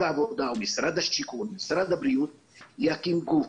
העבודה או משרד השיכון או משרד הבריאות יקים גוף,